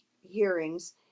hearings